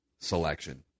selection